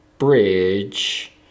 bridge